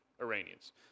Iranians